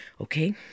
Okay